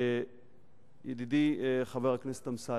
ידידי חבר הכנסת אמסלם,